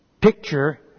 picture